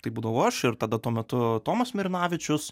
tai būdavau aš ir tada tuo metu tomas mirinavičius